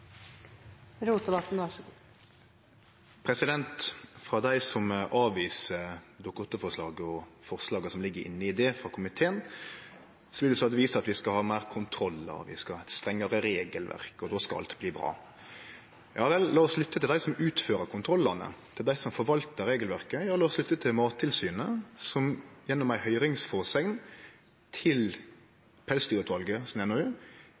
Frå dei som avviser Dokument nr. 8-forslaget og forslaga som ligg inne i det frå komiteen, er det vist til at vi skal ha meir kontrollar, vi skal ha eit strengare regelverk og då skal alt bli bra. Ja vel – lat oss lytte til dei som utfører kontrollane, til dei som forvaltar regelverket, og lat oss lytte til Mattilsynet, som gjennom ei høyringsfråsegn